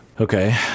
Okay